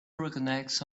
recognize